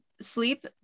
sleep